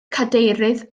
cadeirydd